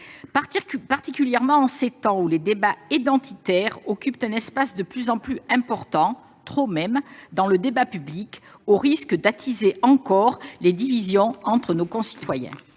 particulièrement en ces temps où les questions identitaires occupent un espace de plus en plus important- pour ne pas dire trop important -dans le débat public, au risque d'attiser encore les divisions entre nos concitoyens.